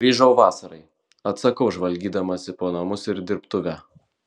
grįžau vasarai atsakau žvalgydamasi po namus ir dirbtuvę